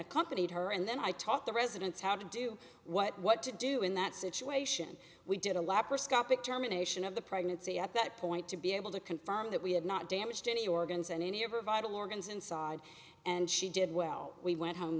accompanied her and then i taught the residents how to do what to do in that situation we did a laparoscopic germination of the pregnancy at that point to be able to confirm that we had not damaged any organs and any of her vital organs inside and she did well we went home